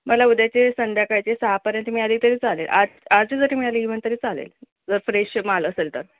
मला उद्याचे संध्याकाळचे सहापर्यंत मिळाली तरी चालेल आज आजच्यासाठी मिळाली इव्हन तरी चालेल जर फ्रेश माल असेल तर